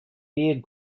beard